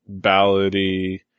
ballady